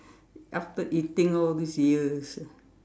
after eating all these years